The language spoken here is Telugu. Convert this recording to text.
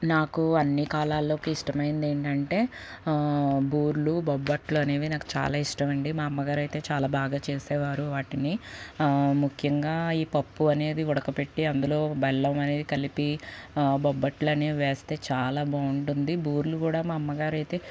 నాకు అన్ని కాలాల్లోకి ఇష్టమైంది ఏంటంటే బూర్లు బొబ్బట్లు అనేవి నాకు చాలా ఇష్టం అండి మా అమ్మగారు అయితే చాలా బాగా చేసేవారు వాటిని ముఖ్యంగా ఈ పప్పు అనేది ఉడక పెట్టి అందులో బెల్లం అనేది కలిపి బొబ్బట్లు అనేవి వేస్తే చాలా బాగుంటుంది బూర్లు కూడా మా అమ్మగారు అయితే